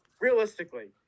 realistically